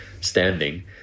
standing